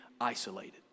isolated